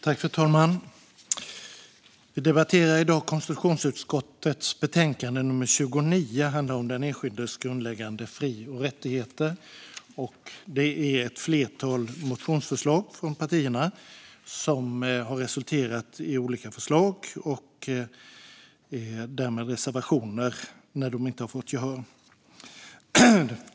Fru talman! Vi debatterar i dag konstitutionsutskottets betänkande nummer 29, som handlar om den enskildes grundläggande fri och rättigheter. Det är ett flertal motionsförslag från partierna som har resulterat i olika förslag och därmed reservationer när de inte har fått gehör.